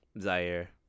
Zaire